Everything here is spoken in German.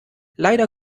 leider